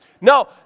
No